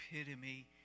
epitome